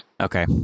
okay